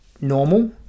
normal